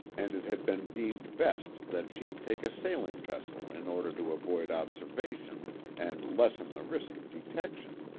and it had been deemed best that she take a sailing vessel in order to avoid observation and lessen the risk of detection.